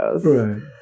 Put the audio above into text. Right